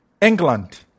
England